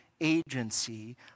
agency